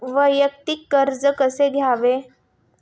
वैयक्तिक कर्ज कसे घ्यावे?